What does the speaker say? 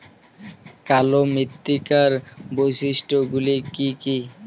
কালো মৃত্তিকার বৈশিষ্ট্য গুলি কি কি?